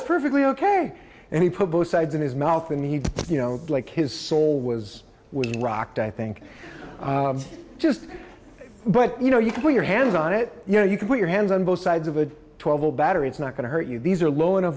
it's perfectly ok and he put both sides in his mouth and he you know like his soul was was rocked i think just but you know you can put your hands on it you know you can put your hands on both sides of a twelve volt battery it's not going to hurt you these are low